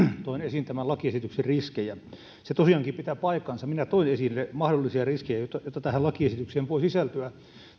toin esiin tämän lakiesityksen riskejä se tosiaankin pitää paikkansa minä toin esille mahdollisia riskejä joita tähän lakiesitykseen voi sisältyä